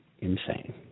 insane